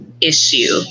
issue